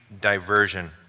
diversion